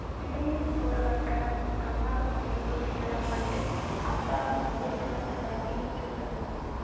నిధుల్ని కూడగట్టడం, రుణాల మంజూరు చెయ్యడం వంటి అంశాలను ఇన్వెస్ట్మెంట్ బ్యాంకింగ్ చూత్తుంది